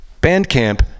Bandcamp